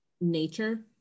nature